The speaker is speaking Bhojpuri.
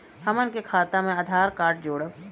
हमन के खाता मे आधार कार्ड जोड़ब?